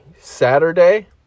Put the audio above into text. Saturday